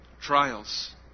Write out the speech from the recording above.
trials